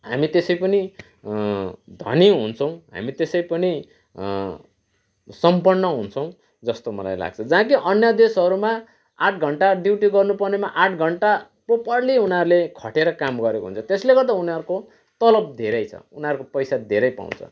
हामी त्यसै पनि धनी हुन्छौँ हामी त्यसै पनि सम्पन्न हुन्छौँ जस्तो मलाई लाग्छ जहाँ कि अन्य देशहरूमा आठ घन्टा ड्युटी गर्नु पर्नेमा आठ घन्टा प्रोपरली उनीहरूले खटेर काम गरेको हुन्छ त्यसले गर्दा उनीहरूको तलब धेरै छ उनीहरूको पैसा धेरै पाउँछ